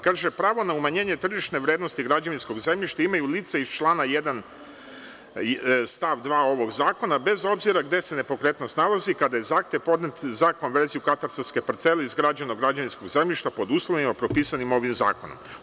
Kaže – pravo na umanjenje tržišne vrednosti građevinskog zemljišta imaju lica iz člana 1. stav 2. ovog Zakona, bez obzira gde se nepokretnost nalazi kada je zahtev podnet za konverziju katastarske parcele izgrađen na građevinskom zemljištu pod uslovima propisanim ovim zakonom.